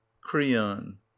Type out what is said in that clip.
creon